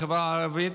בחברה הערבית,